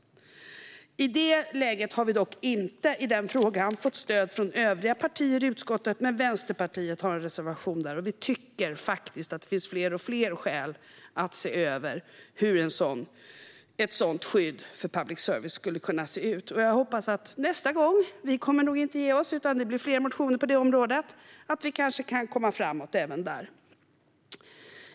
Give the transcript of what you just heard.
I detta läge har vi dock inte fått stöd från övriga partier i utskottet i frågan, men Vänsterpartiet har en reservation. Vi tycker att det finns fler och fler skäl att se över hur ett sådant skydd för public service skulle kunna se ut. Vi kommer inte att ge oss, utan det blir nog fler motioner på området. Jag hoppas att vi ska kunna komma framåt även där.